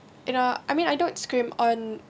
you know I mean I don't scrimp on